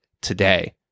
today